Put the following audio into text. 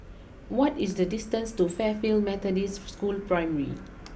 what is the distance to Fairfield Methodist School Primary